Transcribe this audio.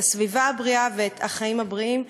את הסביבה הבריאה ואת החיים הבריאים,